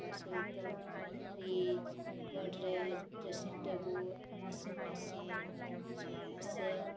ତା ସହିତ fridge Godrej dressing table washing machine sofa set